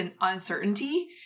uncertainty